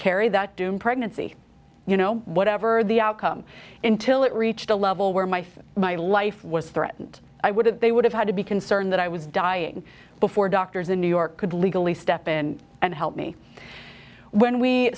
carry that doom pregnancy you know whatever the outcome in till it reached a level where my son my life was threatened i would have they would have had to be concerned that i was dying before doctors in new york could legally step in and help me when we